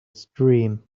stream